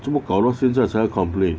做么搞到现在才 complain